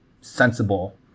sensible